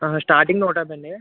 starting నూటేభై అండి